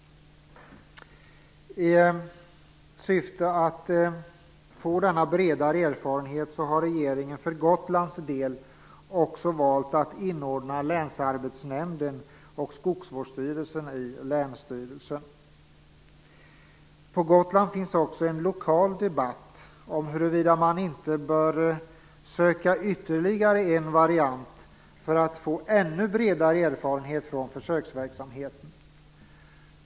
I syfte att få denna bredare erfarenhet har regeringen för Gotlands del också valt att inordna länsarbetsnämnden och skogsvårdsstyrelsen i länsstyrelsen. På Gotland finns också en lokal debatt om huruvida man inte bör söka ytterligare en variant för att få ännu bredare erfarenhet från försöksverksamheten.